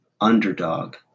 underdog